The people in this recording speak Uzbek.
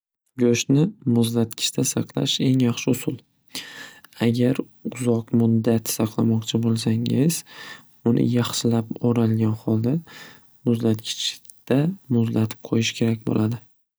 Go'shtni muzlatgichda saqlash eng yaxshi usul. Agar uzoq muddat saqlaqmochi bo'lsangiz uni yaxshilab o'ralgan holda muzlatgichda muzlatib qo'yish kerak bo'ladi.